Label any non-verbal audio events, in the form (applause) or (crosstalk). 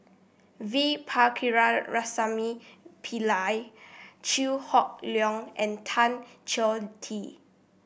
V (unintelligible) Pillai Chew Hock Leong and Tan Choh Tee